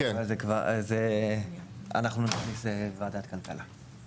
אז אנחנו נכניס ועדת כלכלה.